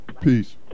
Peace